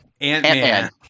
Ant-Man